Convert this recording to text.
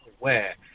aware